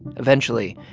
eventually,